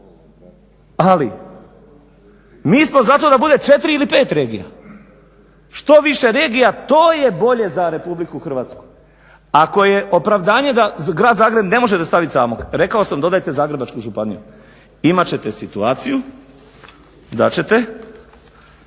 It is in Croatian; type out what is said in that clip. Ali mi smo za to da bude četiri ili pet regija, što više regija to je bolje za Republiku Hrvatsku. Ako je opravdanje da Grad Zagreb ne možete ostavit samog rekao sam dodajte Zagrebačku županiju, imat ćete situaciju da ćete